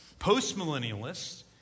Postmillennialists